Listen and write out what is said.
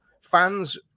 fans